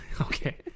Okay